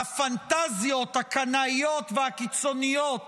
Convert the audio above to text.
והפנטזיות הקנאיות והקיצוניות